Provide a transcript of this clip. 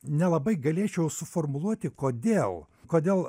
nelabai galėčiau suformuluoti kodėl kodėl